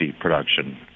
production